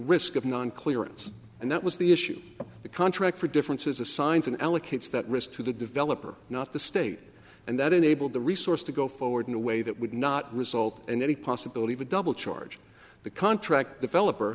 risk of non clearance and that was the issue the contract for difference is assigned and allocates that risk to the developer not the state and that enabled the resource to go forward in a way that would not result in any possibility of a double charge the contract developer